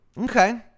Okay